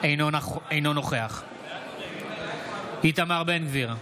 אינו נוכח איתמר בן גביר,